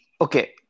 okay